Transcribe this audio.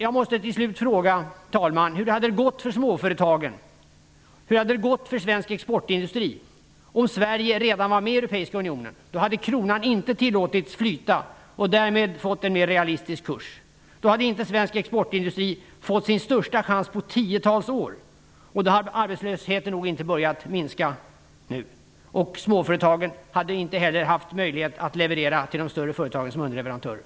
Jag måste till slut fråga, fru talman: Hur hade det gått för småföretagen och för svensk exportindustri om Sverige redan varit med i Europeiska unionen? Då hade kronan inte tillåtits flyta och därmed få en mer realistisk kurs. Då hade inte svensk exportindustri fått sin största chans på tiotals år. Då hade arbetslösheten nog inte börjat minska nu. Småföretagen hade inte heller haft möjlighet att som underleverantörer leverera till de större företagen.